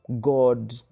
God